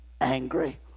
angry